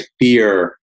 fear